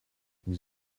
vous